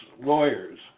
lawyers